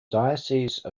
diocese